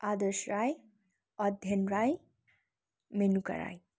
Adarsh Rai Adhyayan Rai Menuka Rai